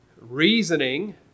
reasoning